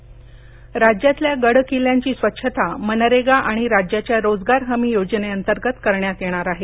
किल्ले मनरेगा राज्यातल्या गड किल्ल्यांची स्वच्छता मनरेगा आणि राज्याच्या रोजगार हमी योजनेंतर्गत करण्यात येणार आहे